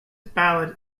ballad